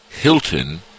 Hilton